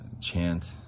chant